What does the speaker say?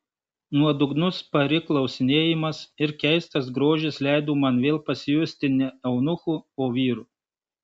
nuodugnus pari klausinėjimas ir keistas grožis leido man vėl pasijusti ne eunuchu o vyru